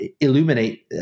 illuminate